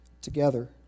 together